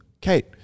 Kate